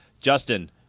Justin